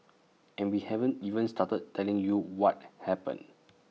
and we haven't even started telling you what happened